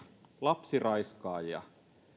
lapsiraiskaaja